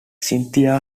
cynthia